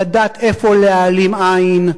לדעת איפה להעלים עין,